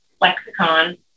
lexicon